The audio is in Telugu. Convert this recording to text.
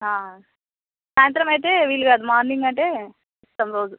సాయంత్రమైతే వీలుకాదు మార్నింగ్ అంటే ఇస్తాము రోజు